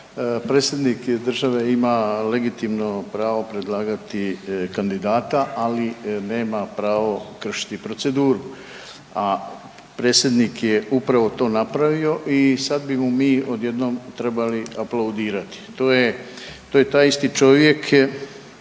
predsjednik države ima legitimno pravo predlagati kandidata, ali nema pravo kršiti proceduru, a predsjednik je upravo to napravio i sad bi mu odjednom trebali aplaudirati. To je taj isti čovjek,